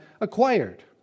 acquired